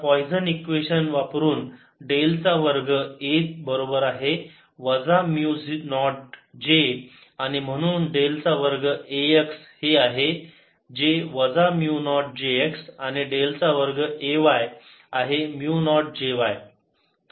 आता पोईसन चे इक्वेशन वापरून डेल चा वर्ग A बरोबर आहे वजा म्यु नॉट J आणि म्हणून डेल चा वर्ग A x हे आहे वजा म्यु नॉट J x आणि डेल चा वर्ग A y आहे म्यु नॉट J y